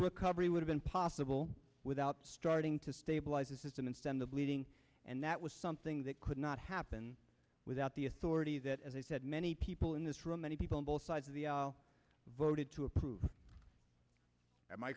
recovery would have been possible without starting to stabilize a system in stem the bleeding and that was something that could not happen without the authorities that as i said many people in this room many people on both sides of the aisle voted to approve am i